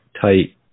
tight